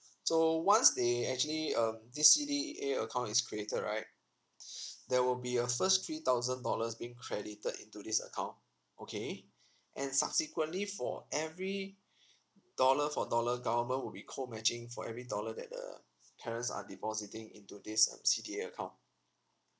so once they actually um this C_D_A account is created right there will be a first three thousand dollars being credited into this account okay and subsequently for every dollar for dollar government will be co matching for every dollar that the parents are depositing into this um C_D_A account